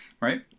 right